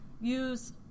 use